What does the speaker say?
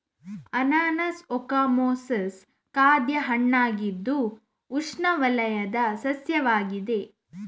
ಅನಾನಸ್ ಓಕಮೊಸಸ್ ಖಾದ್ಯ ಹಣ್ಣಾಗಿದ್ದು ಉಷ್ಣವಲಯದ ಸಸ್ಯವಾಗಿದೆ